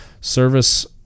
service